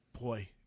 Boy